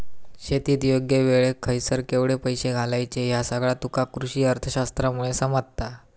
शेतीत योग्य वेळेक खयसर केवढे पैशे घालायचे ह्या सगळा तुका कृषीअर्थशास्त्रामुळे समजता